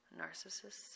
narcissists